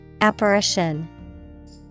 Apparition